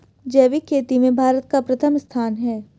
जैविक खेती में भारत का प्रथम स्थान है